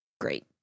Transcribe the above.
great